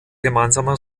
gemeinsamer